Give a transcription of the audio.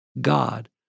God